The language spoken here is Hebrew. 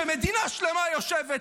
כשמדינה שלמה יושבת,